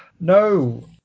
No